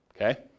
Okay